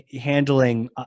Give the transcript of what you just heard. handling